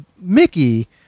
Mickey